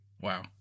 Wow